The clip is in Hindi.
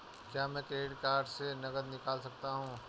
क्या मैं क्रेडिट कार्ड से नकद निकाल सकता हूँ?